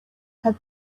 had